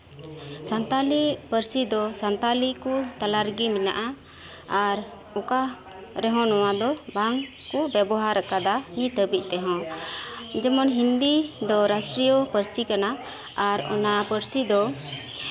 ᱥᱟᱱᱛᱟᱞᱤ ᱯᱟᱹᱨᱥᱤ ᱫᱚ ᱥᱟᱱᱛᱟᱞᱤ ᱠᱚ ᱛᱟᱞᱟ ᱨᱮᱜᱮ ᱢᱮᱱᱟᱜᱼᱟ ᱟᱨ ᱚᱠᱟ ᱨᱮᱦᱚᱸ ᱱᱚᱶᱟ ᱫᱚ ᱵᱟᱝ ᱠᱚ ᱵᱮᱵᱚᱦᱟᱨ ᱟᱠᱟᱫᱟ ᱱᱚᱛ ᱦᱟᱹᱵᱤᱡ ᱛᱮᱦᱚᱸ ᱡᱮᱢᱚᱱ ᱦᱤᱱᱫᱤ ᱫᱚ ᱨᱟᱥᱴᱨᱤᱭᱚ ᱯᱟᱨᱥᱤ ᱠᱟᱱᱟ ᱟᱨ ᱚᱱᱟ ᱯᱟᱹᱨᱥᱤ ᱫᱚ